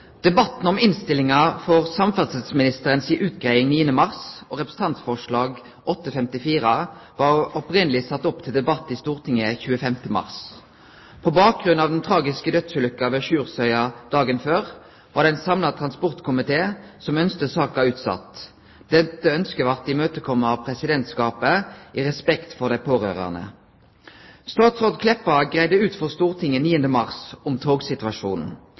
Debatten om innstillinga når det gjeld samferdselsministeren si utgreiing 9. mars og Representantforslag 54 S for 2009–2010, var opphavleg sett opp til debatt i Stortinget 25. mars. På bakgrunn av den tragiske dødsulykka ved Sjursøya dagen før ønskte ein samla transportkomité saka utsett. Dette ønsket blei imøtekome av Presidentskapet av respekt for dei pårørande. Statsråd Meltveit Kleppa gjorde greie for togsituasjonen i Stortinget 9. mars.